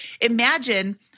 imagine